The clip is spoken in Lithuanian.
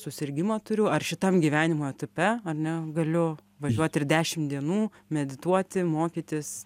susirgimą turiu ar šitam gyvenimo etape ar ne galiu važiuot ir dešim dienų medituoti mokytis